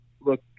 Look